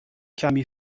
کمی